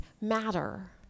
matter